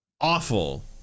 awful